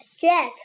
Jack